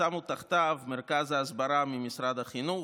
שמו תחתיו את משרד ההסברה ממשרד החינוך,